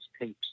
tapes